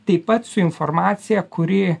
taip pat su informacija kuri